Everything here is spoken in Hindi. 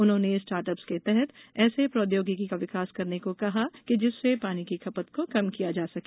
उन्होंने स्टार्टअप्स के तहत ऐसी प्रौद्योगिकी का विकास करने को कहा कि जिससे पानी की खपत को कम किया जा सके